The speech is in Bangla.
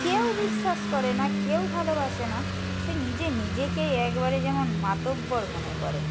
কেউ বিশ্বাস করে না কেউ ভালোবাসে না সে নিজে নিজেকেই একবারে যেমন মাতব্বর মনে করে